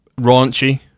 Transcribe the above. raunchy